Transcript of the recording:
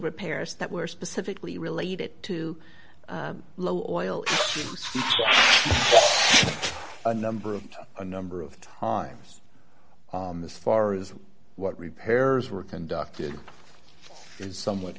repairs that were specifically related to low oil a number of a number of times as far as what repairs were conducted is somewhat